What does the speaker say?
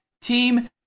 team